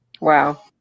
wow